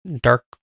dark